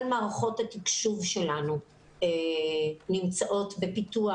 כל מערכות התקשוב שלנו נמצאות בפיתוח